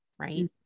right